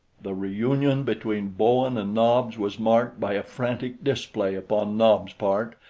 the reunion between bowen and nobs was marked by a frantic display upon nobs' part,